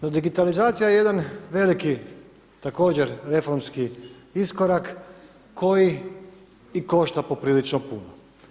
No, digitalizacija je jedan veliki, također reformski iskorak, koji i košta poprilično puno.